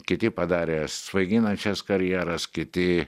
kiti padarė svaiginančias karjeras kiti